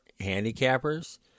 handicappers